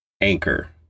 anchor